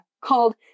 called